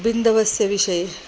बिन्दवस्य विषये